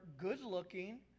good-looking